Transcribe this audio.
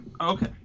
Okay